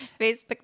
Facebook